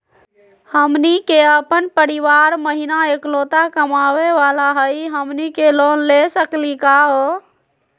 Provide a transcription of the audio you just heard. हमनी के अपन परीवार महिना एकलौता कमावे वाला हई, हमनी के लोन ले सकली का हो?